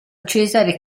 cesare